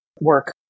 work